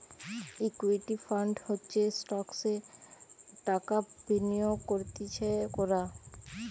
equity fund হচ্ছে স্টকসে টাকা বিনিয়োগ করতিছে কোরা